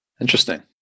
Interesting